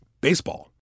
baseball